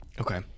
Okay